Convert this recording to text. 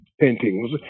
paintings